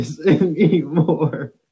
anymore